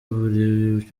buri